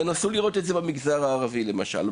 תנסו לבדוק את זה במגזר הערבי למשל,